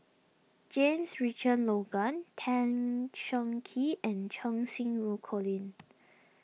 James Richardson Logan Tan Cheng Kee and Cheng Xinru Colin